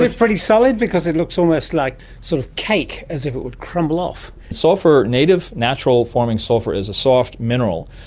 pretty solid? because it looks almost like sort of cake, as if it would crumble off. sulphur, native, natural forming sulphur is a soft mineral,